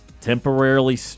Temporarily